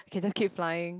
can just keep flying